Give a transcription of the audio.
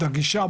את הגישה,